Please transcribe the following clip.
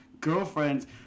girlfriends